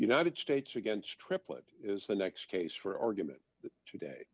united states against triplett is the next case for organ today